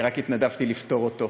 אני רק התנדבתי לפתור אותו,